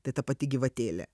tai ta pati gyvatėlė